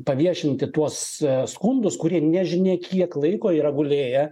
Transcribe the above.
paviešinti tuos skundus kurie nežinia kiek laiko yra gulėję